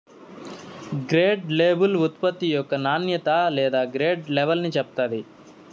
grade label ఉత్పత్తి యొక్క నాణ్యత లేదా గ్రేడ్ లెవల్ని చెప్తాది